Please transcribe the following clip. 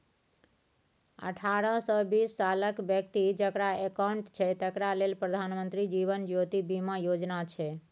अठारहसँ बीस सालक बेकती जकरा अकाउंट छै तकरा लेल प्रधानमंत्री जीबन ज्योती बीमा योजना छै